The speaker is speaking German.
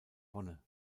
wonne